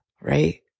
right